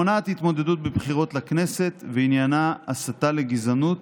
שמונעת התמודדות בבחירות לכנסת ועניינה הסתה לגזענות